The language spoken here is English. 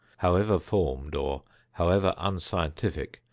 however formed or however unscientific,